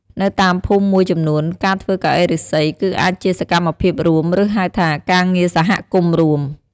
នៅតាមភូមិមួយចំនួន ការធ្វើកៅអីឫស្សី គឺអាចជាសកម្មភាពរួម ឬហៅថា ការងារសហគមន៍រួម។